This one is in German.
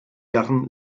jahren